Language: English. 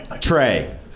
Trey